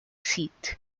seat